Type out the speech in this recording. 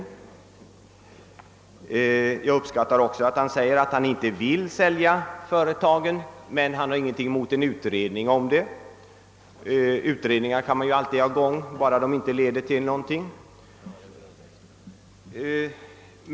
Likaså uppskattar jag att han säger att han inte vill sälja företagen men inte har något emot en utredning — utredningar kan man alltid tillsätta, bara de inte leder till någonting.